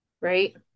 right